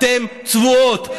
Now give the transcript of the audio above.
אתן צבועות.